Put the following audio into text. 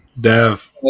Dev